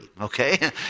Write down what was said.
okay